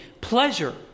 pleasure